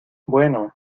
bueno